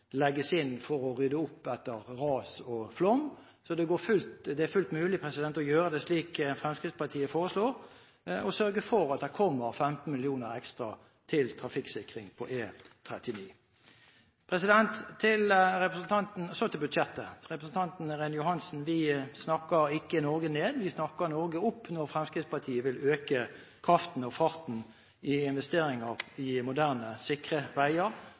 legges inn for å rydde opp etter ras og flom. Det er fullt mulig å gjøre det slik Fremskrittspartiet foreslår, og sørge for at det kommer 15 mill. kr ekstra til trafikksikring på E39. Så til budsjettet og til representanten Irene Johansen: Fremskrittspartiet snakker ikke Norge ned; vi snakker Norge opp når vi vil øke kraften og farten i investeringer i moderne og sikre veier.